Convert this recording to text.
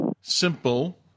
simple